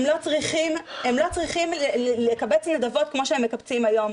הם לא צריכים לקבץ נדבות כמו שהם מקבצים היום.